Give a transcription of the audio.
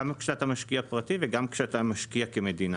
גם כשאתה משקיע פרטי וגם כשאתה משקיע כמדינה.